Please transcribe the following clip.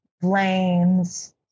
Blames